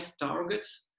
targets